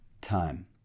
time